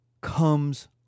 comes